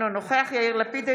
אינו נוכח יאיר לפיד,